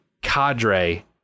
cadre